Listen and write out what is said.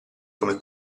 come